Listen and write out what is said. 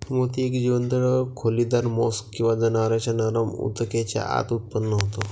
मोती एक जीवंत खोलीदार मोल्स्क किंवा जनावरांच्या नरम ऊतकेच्या आत उत्पन्न होतो